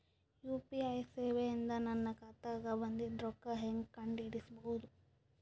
UPI ಸೇವೆ ಇಂದ ನನ್ನ ಖಾತಾಗ ಬಂದಿದ್ದ ರೊಕ್ಕ ಹೆಂಗ್ ಕಂಡ ಹಿಡಿಸಬಹುದು?